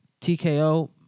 TKO